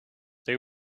they